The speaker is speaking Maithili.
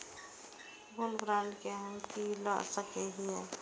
गोल्ड बांड में हम की ल सकै छियै?